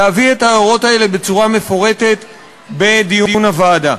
להביא את ההערות האלה בצורה מפורטת בדיון הוועדה.